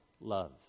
love